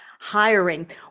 hiring